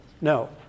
No